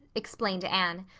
explained anne.